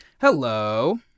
Hello